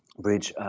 bridge,